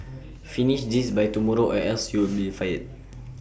finish this by tomorrow or else you'll be fired